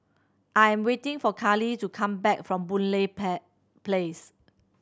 I'm waiting for Carley to come back from Boon Lay Place